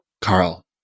Carl